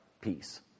peace